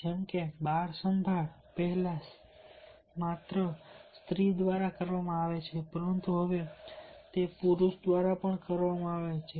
જેમકે બાળ સંભાળ પહેલા માત્ર સ્ત્રી દ્વારા કરવામાં આવે છે પરંતુ હવે તે પુરૂષ દ્વારા પણ કરવામાં આવે છે